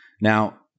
Now